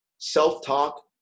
self-talk